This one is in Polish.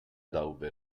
dałby